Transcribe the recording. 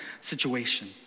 situation